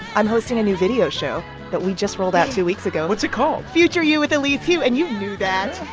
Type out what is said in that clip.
i'm hosting a new video show that we just rolled out two weeks ago what's it called? future you with elise hu. and you knew that.